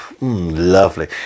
lovely